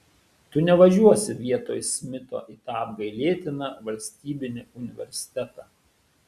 tu nevažiuosi vietoj smito į tą apgailėtiną valstybinį universitetą